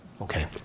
Okay